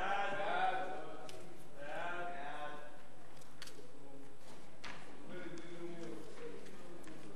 עוברים להצעת חוק העונשין (תיקון מס' 109),